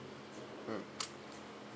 mm